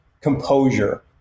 composure